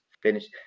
finish